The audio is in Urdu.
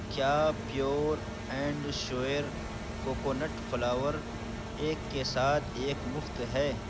کیا pure and sure coconut flour ایک کے ساتھ ایک مفت ہے